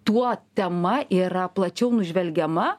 tuo tema yra plačiau nužvelgiama